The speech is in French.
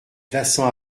plassans